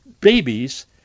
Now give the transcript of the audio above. babies